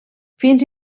fins